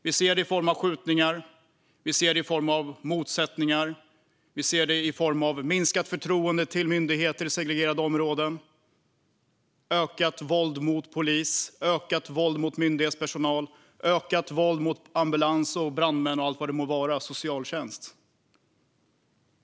Vi ser detta i form av skjutningar, motsättningar, minskat förtroende för myndigheter i segregerade områden, ökat våld mot polis, ökat våld mot myndighetspersonal och ökat våld mot ambulanspersonal, brandmän, socialtjänst och allt vad det må vara.